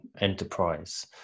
enterprise